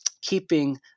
keeping